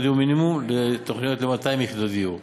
דיור מינימום לתוכנית ל-200 יחידות דיור,